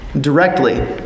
directly